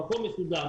במקום מסודר,